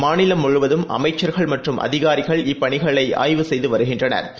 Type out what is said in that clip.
மாநிலம் முழுவதும் அமைச்சா்கள் மற்றும் அதிகாரிகள் இப்பணிகளைஆய்வு செய்துவருகின்றனா்